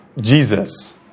Jesus